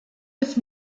neuf